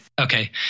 Okay